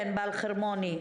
ענבל חרמוני.